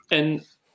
En